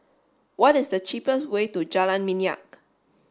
what is the cheapest way to Jalan Minyak